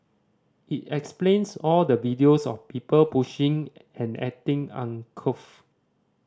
it explains all the videos of people pushing and acting uncouth